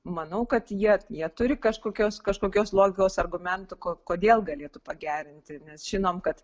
manau kad jie jie turi kažkokios kažkokios logikos argumentų kodėl galėtų pagerinti nes žinom kad